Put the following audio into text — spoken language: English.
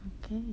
okay